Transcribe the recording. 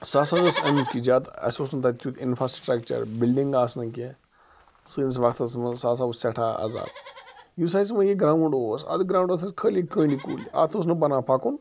سۄ ہَسا ٲس اَمہِ کِنۍ زیٛادٕ اسہِ اوس نہٕ تَتہِ تیٛتھ اِنفرٛاسٹرٛکچَر بِلڈِنٛگ آسہٕ نہٕ کیٚنٛہہ سٲنِس وَقتَس منٛز سُہ ہَسا اوس سٮ۪ٹھاہ عذاب یُس اسہِ وۄنۍ یہِ گرٛاوُنٛڈ اوس اَتھ گرٛاوُنٛڈَس ٲس خٲلی کٔنٛڈۍ کُلۍ اَتھ اوس نہٕ بَنان پَکُن